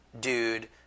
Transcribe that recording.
dude